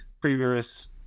previous